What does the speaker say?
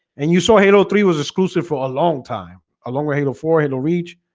and you saw halo three was exclusive for a long time a longer. halo four. halo reach,